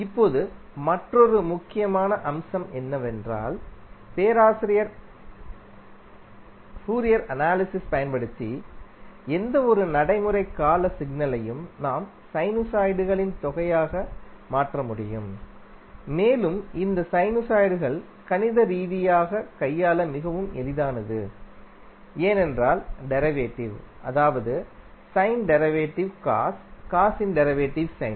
இப்போது மற்றொரு முக்கியமான அம்சம் என்னவென்றால் ஃபோரியர் அனாலிஸிஸ் பயன்படுத்தி எந்தவொரு நடைமுறை கால சிக்னலையும் நாம் சைனுசாய்டுகளின் தொகையாக மாற்ற முடியும் மேலும் இந்த சைனுசாய்டுகள் கணித ரீதியாக கையாள மிகவும் எளிதானது ஏனென்றால் டெரிவேடிவ் அதாவது சைனின் டெரிவேடிவ் காஸ் காஸின் டெரிவேடிவ் சைன்